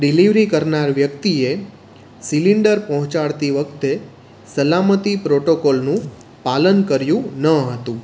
delivery કરનાર વ્યક્તિએ cylinder પહોંચાડતી વખતે સલામતી પ્રોટોકોલનું પાલન કર્યું ન હતું